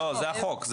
זה החוק.